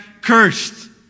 cursed